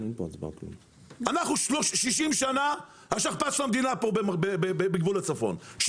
אנחנו 60 שנה השכפ"ץ של המדינה פה בגבול הצפון,